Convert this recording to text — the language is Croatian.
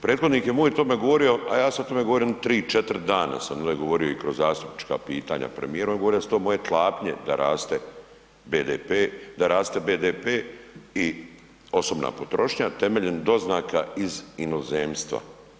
Prethodnik je moj o tome govorio, a ja sam o tome govori jedno 3-4 dana sam ovde govorio i kroz zastupnička pitanja premijeru, on je govorio da su to moje tlapnje da raste BDP, da raste BDP i osobna potrošnja temeljem doznaka iz inozemstva.